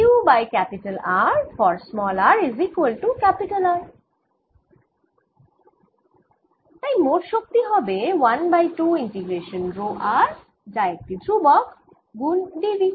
তাই মোট শক্তি হবে 1 বাই 2 ইন্টিগ্রেশান রো r যা একটি ধ্রুবক গুন dv